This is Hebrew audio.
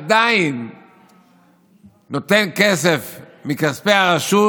עדיין נותן כסף מכספי הרשות